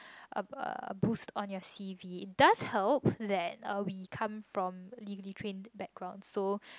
um uh a boost on your C_V it does help that uh we come from legally trained background so